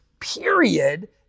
period